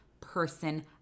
person